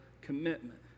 commitment